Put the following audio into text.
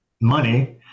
money